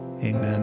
Amen